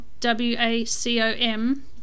W-A-C-O-M